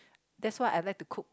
that's why I like to cook